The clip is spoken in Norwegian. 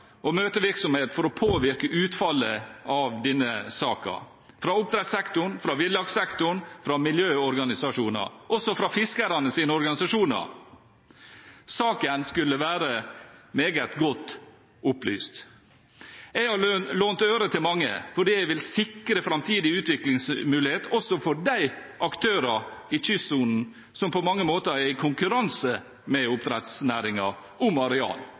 møtevirksomhet for å påvirke utfallet av denne saken. Det gjelder oppdrettssektoren, villakssektoren, miljøorganisasjoner og også fiskernes organisasjoner. Saken skulle være meget godt opplyst. Jeg har lånt øre til mange fordi jeg vil sikre framtidig utviklingsmulighet også for de aktørene i kystsonen som på mange måter er i konkurranse med oppdrettsnæringen om areal,